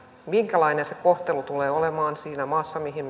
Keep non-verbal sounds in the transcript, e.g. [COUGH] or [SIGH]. minkälainen se kohtelu tulee olemaan siinä maassa mihin [UNINTELLIGIBLE]